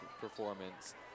performance